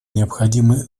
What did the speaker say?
необходимы